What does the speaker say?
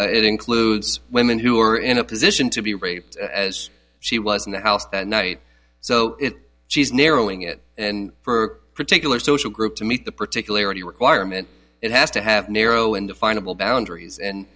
it includes women who are in a position to be raped as she was in the house that night so she's narrowing it and for particular social group to meet the particular any requirement it has to have narrow and definable boundaries and